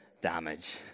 damage